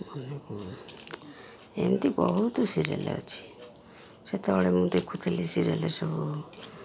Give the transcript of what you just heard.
ଏମିତି ବହୁତ ସିରିଏଲ୍ ଅଛି ସେତେବେଳେ ମୁଁ ଦେଖୁଥିଲି ସିରିଏଲ୍ ସବୁ